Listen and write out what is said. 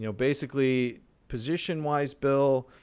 you know basically position-wise, bill,